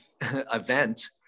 Event